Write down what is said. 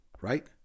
Right